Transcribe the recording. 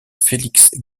félix